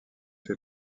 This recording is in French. fait